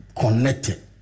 connected